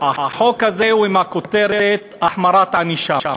החוק הזה בא עם הכותרת "החמרת ענישה".